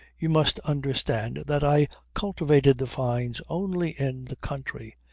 you must understand that i cultivated the fynes only in the country,